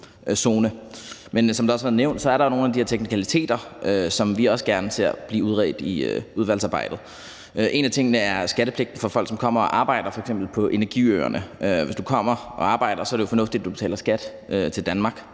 men som det også har været nævnt, er der jo nogle af de her teknikaliteter, som vi også gerne ser blive udredt i udvalgsarbejdet. En af tingene er skattepligten for folk, som kommer og arbejder på f.eks. energiøerne. Hvis du kommer og arbejder, er det jo fornuftigt, at du betaler skat til Danmark,